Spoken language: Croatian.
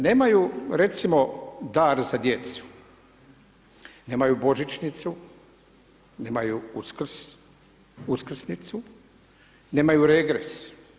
Nemaju recimo dar za djecu, nemaju božičnicu, nemaju Uskrs, uskrsnicu, nemaju regres.